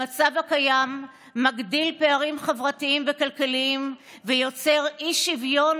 המצב הקיים מגדיל פערים חברתיים וכלכליים ויוצר אי-שוויון